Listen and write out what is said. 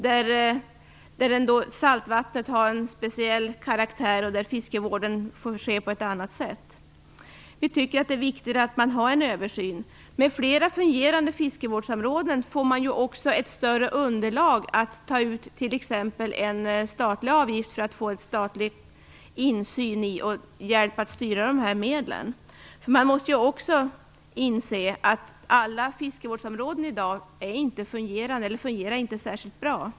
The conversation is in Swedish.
Där har saltvattnet en speciell karaktär, och fiskevården sker på ett annat sätt. Vi tycker att det är viktigt att man har en översyn. Med flera fungerande fiskevårdsområden får man också ett större underlag för att t.ex. ta ut en avgift så att man får statlig insyn i och hjälp med att styra dessa medel. Man måste nämligen också inse att inte alla fiskevårdsområden i dag fungerar särskilt bra.